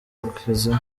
ikuzimu